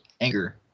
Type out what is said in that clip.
anger